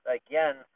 again